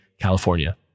california